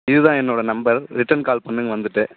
இதுதான் என்னோடய number return call பண்ணுங்க வந்துவிட்டு